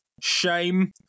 Shame